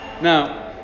Now